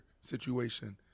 situation